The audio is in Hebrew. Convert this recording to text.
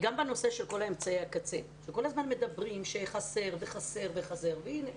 גם בנושא של כל אמצעי הקצה וכל הזמן מדברים על כך שחסר וחסר והנה,